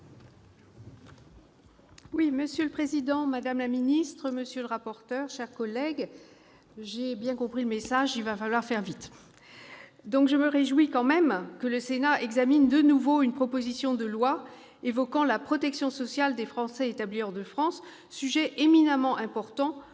Monsieur le président, madame la ministre, monsieur le rapporteur, mes chers collègues, j'ai bien compris le message : je serai brève. Je me réjouis que le Sénat examine de nouveau une proposition de loi relative à la protection sociale des Français établis hors de France, sujet éminemment important